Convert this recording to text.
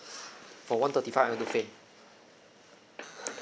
for one thirty five I want to faint